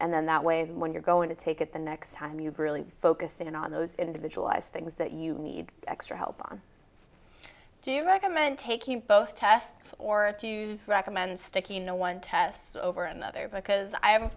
and then that way when you're going to take it the next time you've really focused in on those individualized things that you need extra help on do you recommend taking both tests or to use recommend sticking to one test over another because i